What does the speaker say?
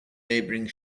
neighbouring